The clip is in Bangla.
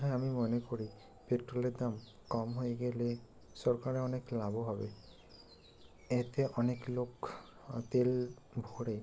হ্যাঁ আমি মনে করি পেট্রলের দাম কম হয়ে গেলে সরকারের অনেক লাভও হবে এতে অনেক লোক তেল ভরে